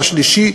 השלישי,